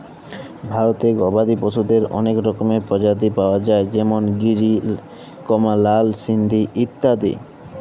ভারতে গবাদি পশুদের অলেক রকমের প্রজাতি পায়া যায় যেমল গিরি, লাল সিন্ধি ইত্যাদি